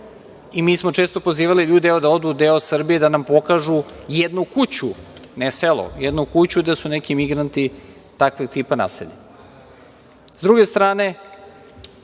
i mi smo često pozivali ljude da odu u deo Srbije da nam pokažu jednu kuću, ne selo, jednu kuću, gde su neki migranti takvog tipa naselili. Sa druge strane,